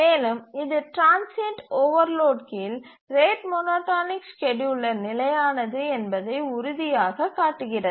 மேலும் இது transient overload கீழ் ரேட் மோனோடோனிக் ஸ்கேட்யூலர் நிலையானது என்பதை உறுதியாகக் காட்டுகிறது